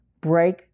break